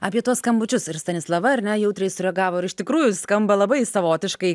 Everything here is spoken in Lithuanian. apie tuos skambučius ir stanislava ar ne jautriai sureagavo ir iš tikrųjų skamba labai savotiškai